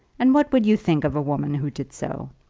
and what would you think of a woman who did so?